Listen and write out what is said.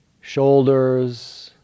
shoulders